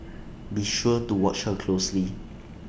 be sure to watch her closely